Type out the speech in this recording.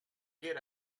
get